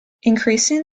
increasing